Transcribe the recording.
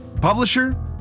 publisher